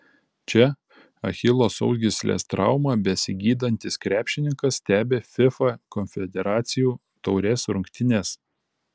čia achilo sausgyslės traumą besigydantis krepšininkas stebi fifa konfederacijų taurės rungtynes